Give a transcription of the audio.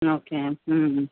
okay ಹ್ಞೂ ಹ್ಞೂ